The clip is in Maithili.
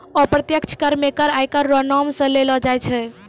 अप्रत्यक्ष कर मे कर आयकर रो नाम सं लेलो जाय छै